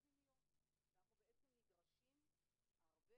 אנחנו ביעד הזה --- אבל יש לי שאלה,